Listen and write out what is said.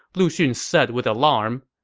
lu xun said with alarm.